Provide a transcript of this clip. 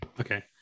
okay